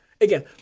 again